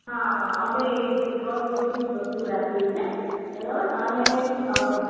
હા અમે એ જ પ્યોર ગોલ્ડની જ વસ્તુ રાખીએ છીએ બરાબર અને અઅ